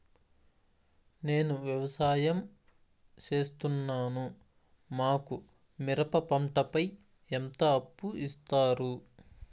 నేను వ్యవసాయం సేస్తున్నాను, మాకు మిరప పంటపై ఎంత అప్పు ఇస్తారు